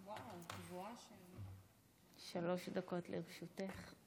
שלוש דקות לרשותך,